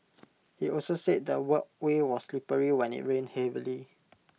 he also said the walkway was slippery when IT rained heavily